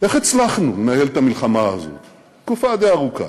איך הצלחנו לנהל את המלחמה הזאת תקופה די ארוכה,